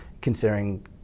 considering